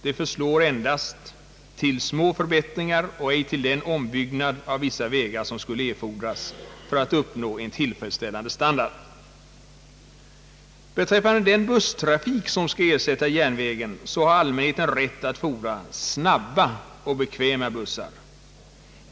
Det räcker endast till små förbättringar och ej till den ombyggnad av vissa vägar, som skulle erfordras för att uppnå en tillfredsställande standard. Beträffande den busstrafik som skall ersätta järnvägen har allmänheten rätt att fordra snabba och bekväma bussar.